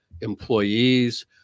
employees